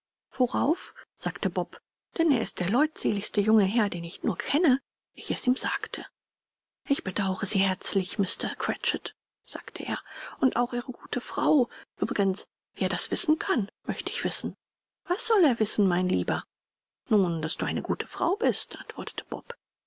worauf sagte bob denn er ist der leutseligste junge herr den ich nur kenne ich es ihm sagte ich bedaure sie herzlich mr cratchit sagte er und auch ihre gute frau uebrigens wie er das wissen kann möchte ich wissen was soll er wissen mein lieber nun daß du eine gute frau bist antwortete bob